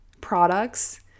products